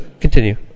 continue